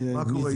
מה קורה איתה?